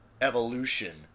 evolution